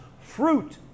fruit